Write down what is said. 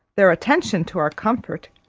their attention to our comfort,